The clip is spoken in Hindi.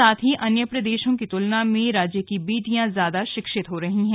साथ ही अन्य प्रदेशों की तुलना में राज्य की बेटियां ज्यादा शिक्षित हो रही हैं